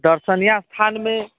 दर्शनीय स्थानमे